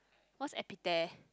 what's epitear